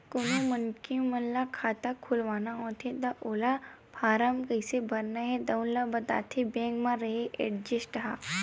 कोनो मनखे ल खाता खोलवाना होथे त ओला फारम कइसे भरना हे तउन ल बताथे बेंक म रेहे एजेंट ह